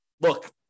look